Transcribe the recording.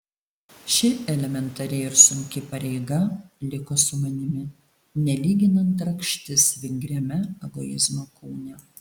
ši elementari ir sunki pareiga liko su manimi nelyginant rakštis vingriame egoizmo kūne